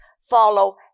follow